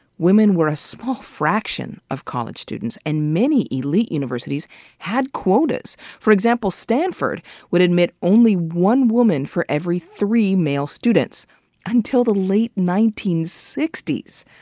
women were a small fraction of college students, and many elite universities had quotas for example, stanford would admit only one woman for every three male students until the late nineteen sixty s.